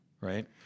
Right